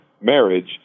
marriage